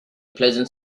pleasant